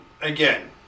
Again